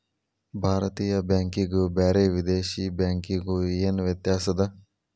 ಭಾರತೇಯ ಬ್ಯಾಂಕಿಗು ಬ್ಯಾರೆ ವಿದೇಶಿ ಬ್ಯಾಂಕಿಗು ಏನ ವ್ಯತ್ಯಾಸದ?